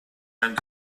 and